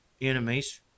enemies